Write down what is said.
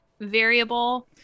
variable